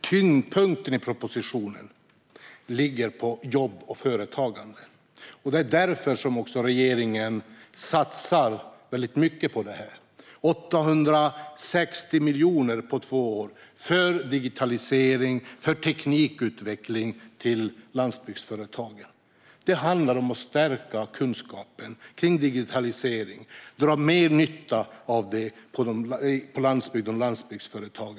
Tyngdpunkten i propositionen ligger på jobb och företagande. Det är därför som regeringen satsar väldigt mycket på detta - 860 miljoner på två år för digitalisering och för teknikutveckling när det gäller landsbygdsföretagen. Det handlar om att stärka kunskapen om digitalisering och om att man ska kunna dra nytta av den på landsbygden och i landsbygdsföretag.